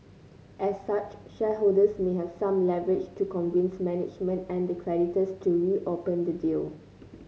as such shareholders may have some leverage to convince management and the creditors to reopen the deal